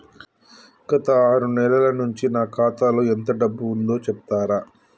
గత ఆరు నెలల నుంచి నా ఖాతా లో ఎంత డబ్బు ఉందో చెప్తరా?